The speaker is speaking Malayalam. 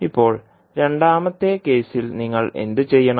ഇപ്പോൾ രണ്ടാമത്തെ കേസിൽ നിങ്ങൾ എന്തുചെയ്യണം